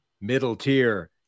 middle-tier